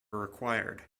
required